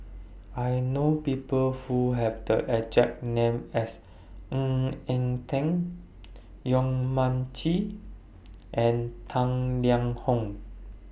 I know People Who Have The exact name as Ng Eng Teng Yong Mun Chee and Tang Liang Hong